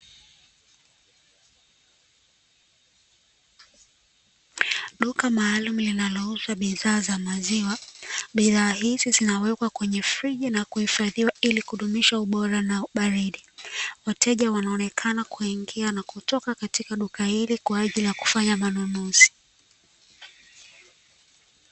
Duka maalumu linalouza bidhaa za maziwa, bidhaa hizi zinawekwa kwenye friji na kuhifadhiwa ili kudumisha ubora na ubaridi. Wateja wanaonekana kuingia na kutoka katika duka hili kwa ajili ya kufanya manunuzi.